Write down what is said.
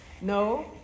No